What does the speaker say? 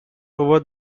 over